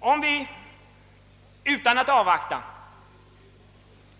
Om vi nu utan att avvakta